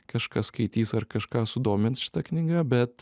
kažkas skaitys ar kažką sudomins šita knyga bet